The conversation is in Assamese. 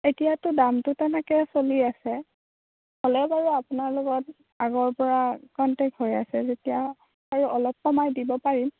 এতিয়াটো দামটো তেনেকৈ চলি আছে হ'লেও বাৰু আপোনাৰ লগত আগৰ পৰা কণ্টেক হৈ আছে যেতিয়া বাৰু অলপ কমাই দিব পাৰিম